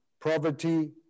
poverty